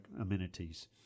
amenities